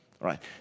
right